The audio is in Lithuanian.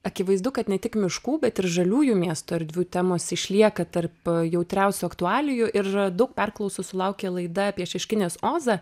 akivaizdu kad ne tik miškų bet ir žaliųjų miesto erdvių temos išlieka tarp jautriausių aktualijų ir daug perklausų sulaukė laida apie šeškinės ozą